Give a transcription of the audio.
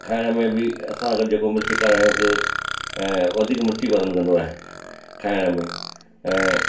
खाइण में बि असां अगरि जेको मिर्च खारायूंसि ऐं वधीक मिर्ची पसंदि कंदो आहे खाइण में ऐं